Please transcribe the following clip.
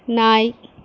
நாய்